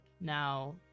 now